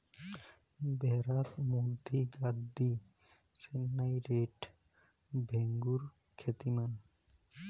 ভ্যাড়াত মধ্যি গাদ্দি, চেন্নাই রেড, ভেম্বুর খ্যাতিমান